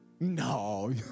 No